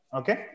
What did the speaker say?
okay